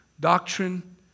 doctrine